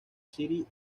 city